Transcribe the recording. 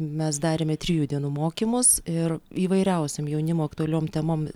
mes darėme trijų dienų mokymus ir įvairiausiom jaunimo aktualiom temom